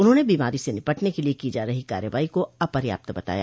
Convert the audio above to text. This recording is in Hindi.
उन्होंने बीमारी से निपटने के लिए की जा रही कार्रवाई को अपर्याप्त बताया